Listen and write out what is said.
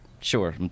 Sure